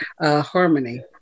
harmony